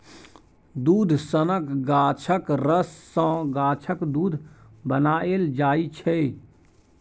दुध सनक गाछक रस सँ गाछक दुध बनाएल जाइ छै